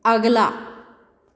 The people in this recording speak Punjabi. ਅਗਲਾ